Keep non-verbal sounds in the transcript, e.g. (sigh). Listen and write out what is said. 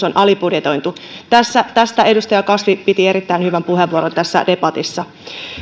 (unintelligible) on alibudjetoitu tästä edustaja kasvi käytti erittäin hyvän puheenvuoron tässä debatissa